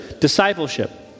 discipleship